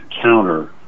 counter